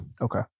Okay